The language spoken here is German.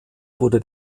wurde